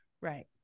right